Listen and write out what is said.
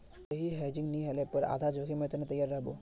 सही हेजिंग नी ह ल पर आधार जोखीमेर त न तैयार रह बो